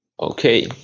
Okay